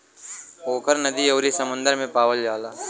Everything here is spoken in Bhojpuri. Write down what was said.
पोखरा नदी अउरी समुंदर में पावल जाला